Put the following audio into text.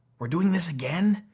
we're doing this again?